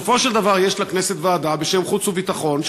בסופו של דבר יש לכנסת ועדה בשם חוץ וביטחון,